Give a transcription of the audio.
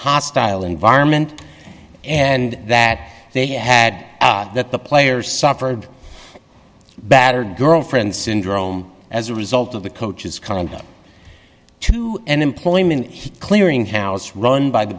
hostile environment and that they had that the players suffered battered girlfriend syndrome as a result of the coach's conduct to an employment clearing house run by the